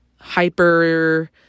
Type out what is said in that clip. hyper